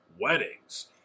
weddings